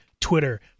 Twitter